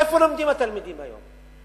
איפה לומדים התלמידים היום?